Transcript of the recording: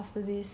after this